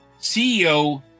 CEO